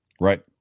right